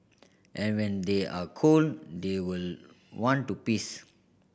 and when they are cold they will want to piss